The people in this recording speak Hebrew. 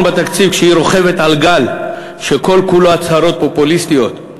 בתקציב כשהיא רוכבת על גל שכל-כולו הצהרות פופוליסטיות,